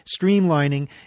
streamlining